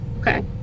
Okay